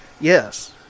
yes